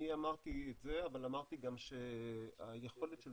אני אמרתי את זה, אבל אני גם אמרתי שהיכולת של